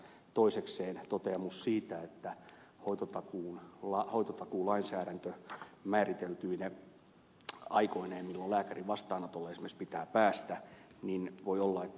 toisekseen toteamukseen siitä että hoitotakuulainsäädäntö määriteltyine aikoineen milloin lääkärin vastaanotolle esimerkiksi pitää päästä niin voi olla että minulla on ed